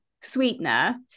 sweetener